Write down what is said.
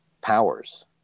powers